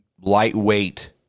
lightweight